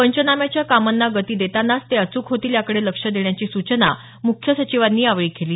पंचनाम्याच्या कामांना गती देतानाच ते अचूक होतील याकडेही लक्ष द्यावं अशी सूचना मुख्य सचिवांनी यावेळी केली